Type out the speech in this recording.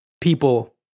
people